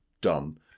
Done